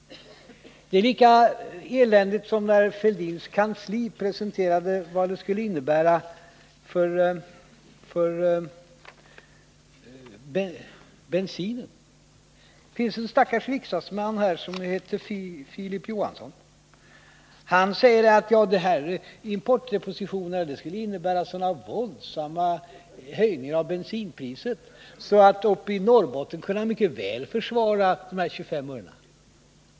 Det är lika eländigt som när herr Fälldins kansli presenterade vad importdepositionerna skulle innebära för priset på bensinen. Det finns en stackars riksdagsman, som heter Filip Johansson. Han säger att importdepositionerna skulle innebära så våldsamma höjningar av bensinpriset att han uppe i Norrbotten mycket väl kunde försvara de 25 örena.